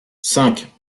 cinq